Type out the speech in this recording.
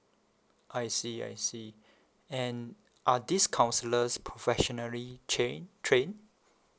I see I see and are these counsellors professionally chain train